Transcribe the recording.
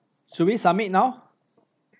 should we submit now